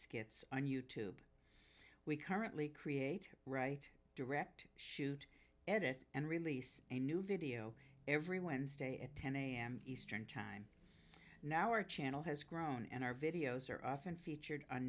skits on you tube we currently create write direct shoot edit and release a new video every wednesday at ten am eastern time now our channel has grown and our videos are often featured on